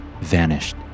vanished